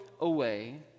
away